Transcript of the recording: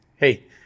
hey